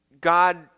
God